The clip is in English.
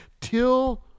till